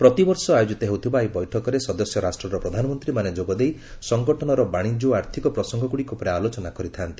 ପ୍ରତିବର୍ଷ ଆୟୋକିତ ହେଉଥିବା ଏହି ବୈଠକରେ ସଦସ୍ୟ ରାଷ୍ଟ୍ରର ପ୍ରଧାନମନ୍ତ୍ରୀମାନେ ଯୋଗଦେଇ ସଙ୍ଗଠନର ବାଣିଜ୍ୟ ଓ ଆର୍ଥିକ ପ୍ରସଙ୍ଗଗୁଡ଼ିକ ଉପରେ ଆଲୋଚନା କରିଥା'ନ୍ତି